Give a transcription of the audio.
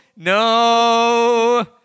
No